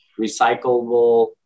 recyclable